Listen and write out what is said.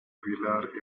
vuillard